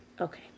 okay